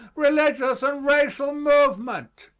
religious, and racial movement.